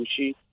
sushi